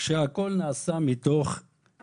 שהכול נעשה מתוך מתן